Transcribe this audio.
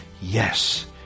yes